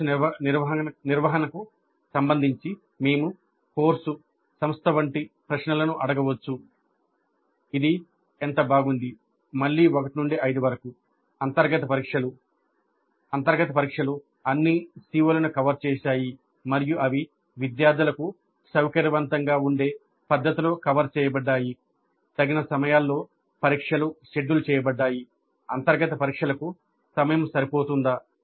course నిర్వహణకు సంబంధించి మేము కోర్సు సంస్థ వంటి ప్రశ్నలను అడగవచ్చు ఇది ఎంత బాగుంది అంతర్గత పరీక్షలు అంతర్గత పరీక్షలు అన్ని CO లను కవర్ చేశాయి మరియు అవి విద్యార్థులకు సౌకర్యవంతంగా ఉండే పద్ధతిలో కవర్ చేయబడ్డాయి తగిన సమయాల్లో పరీక్షలు షెడ్యూల్ చేయబడ్డాయి అంతర్గత పరీక్షలకు సమయం సరిపోతుందా